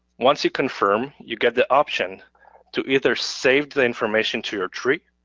once you confirm you get the option to either save the information to your tree,